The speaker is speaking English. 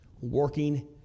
working